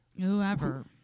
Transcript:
Whoever